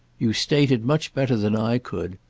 you state it much better than i could.